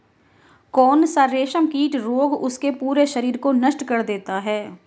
कौन सा रेशमकीट रोग उसके पूरे शरीर को नष्ट कर देता है?